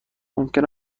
ممکن